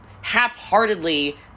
half-heartedly